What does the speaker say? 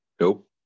Nope